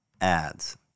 ads